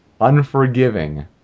Unforgiving